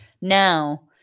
Now